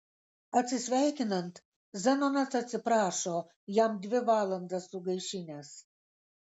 atsisveikinant zenonas atsiprašo jam dvi valandas sugaišinęs